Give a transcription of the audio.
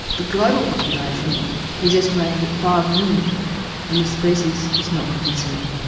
the global population is estimated at five million and the species is not a concern.